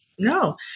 No